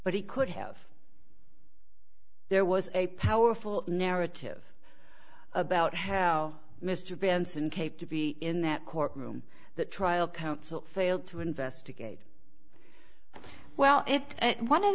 but he could have there was a powerful narrative about how mr benson kape to be in that courtroom that trial counsel failed to investigate well it one of